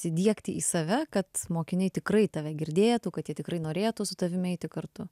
įsidiegti į save kad mokiniai tikrai tave girdėtų kad jie tikrai norėtų su tavimi eiti kartu